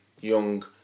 young